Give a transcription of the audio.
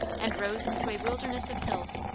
and rose into a wilderness of hills,